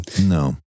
No